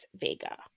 Vega